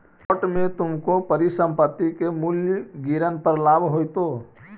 short में तुमको परिसंपत्ति के मूल्य गिरन पर लाभ होईतो